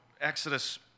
Exodus